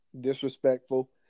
disrespectful